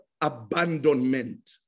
abandonment